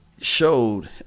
showed